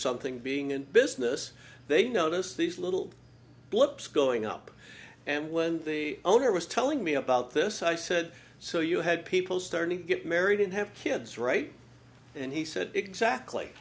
something being in business they noticed these little blips going up and when the owner was telling me about this i said so you had people starting to get married and have kids right and he said exactly